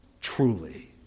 truly